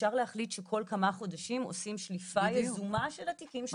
אפשר להחליט שכל כמה חודשים עושים שליפה יזומה של התיקים --- בדיוק.